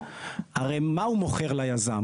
הרי מה הוא מוכר ליזם?